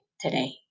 today